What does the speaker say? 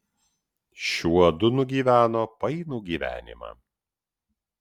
šiuodu nugyveno painų gyvenimą